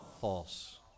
False